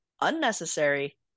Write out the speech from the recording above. unnecessary